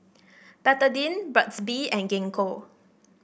Betadine Burt's Bee and Gingko